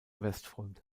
westfront